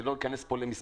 אני לא אכנס פה למספרים.